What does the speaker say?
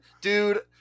dude